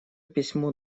письмо